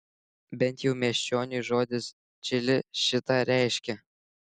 bent jau miesčioniui žodis čili šį tą reiškia